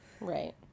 Right